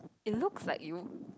it looks like you